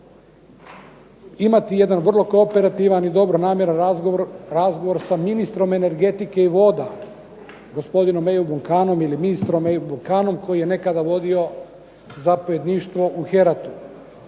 imati jedan vrlo kooperativan i dobronamjeran razgovor sa ministrom energetike i voda, gospodinom …/Govornik se ne razumije./… ili ministrom …/Govornik se ne razumije./… koji je nekada vodio zapovjedništvo u Heratu.